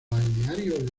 balneario